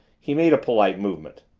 he made a polite movement.